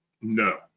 no